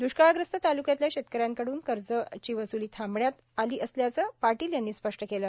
द्ष्काळग्रस्त तालूक्यातल्या शेतकऱ्यांकडून कर्जची वसूली थांबवण्यात आली असल्याचं पाटील यांनी स्पष्ट केलं